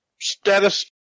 status